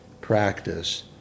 practice